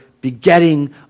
begetting